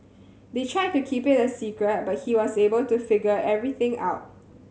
they tried to keep it a secret but he was able to figure everything out